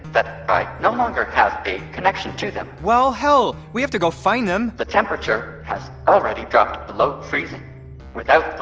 that i no longer have a connection to them well hell, we have to go find them! the temperature has already dropped below freezing without the